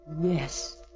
Yes